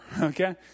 okay